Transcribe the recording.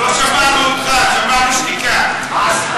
לא שמענו אותך, שמענו שתיקה.